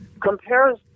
compares